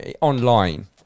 Online